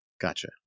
Gotcha